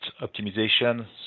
optimization